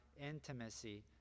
intimacy